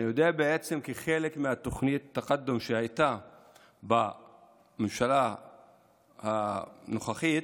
אני יודע שחלק מהתוכנית שהייתה בממשלה הנוכחית,